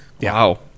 wow